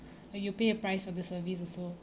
like you pay a price for the service also